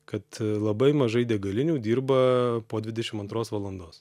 kad labai mažai degalinių dirba po dvidešim antros valandos